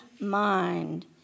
mind